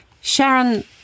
Sharon